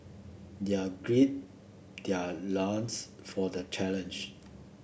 they are gird their loins for the challenge